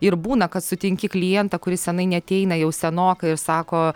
ir būna kad sutinki klientą kuris senai neateina jau senokai ir sako